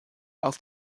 auf